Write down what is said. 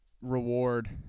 Reward